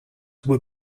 were